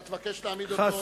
אתה תבקש להעמיד אותו,